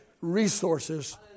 resources